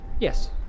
Yes